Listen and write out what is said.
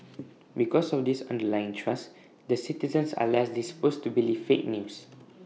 because of this underlying trust their citizens are less disposed to believe fake news